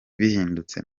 bihindutse